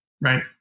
right